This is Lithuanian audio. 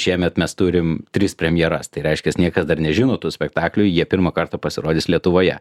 šiemet mes turim tris premjeras tai reiškias niekas dar nežino tų spektaklių jie pirmą kartą pasirodys lietuvoje